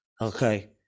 okay